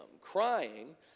crying